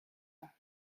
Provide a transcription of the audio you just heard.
ans